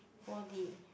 four D